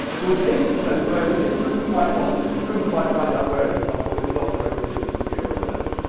there was eight percent where we just couldn't quite bottom it. we couldn't quite find out where it had come from. it was off the record it was obscure or whatever.